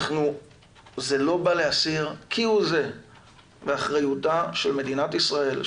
זה לא בא להסיר כהוא זה מאחריותה של מדינת ישראל,